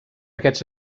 aquests